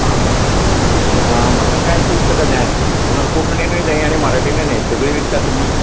आं हां म्हाका कांय पुस्तकां जाय आसलीं पूण कोंकणींनूय जाय आनी मराठीनूय जाय सगळीं विकतात तुमी